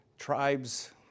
Tribes